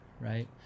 right